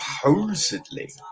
Supposedly